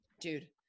dude